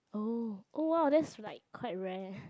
oh oh !wow! that's like quite rare